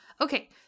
okay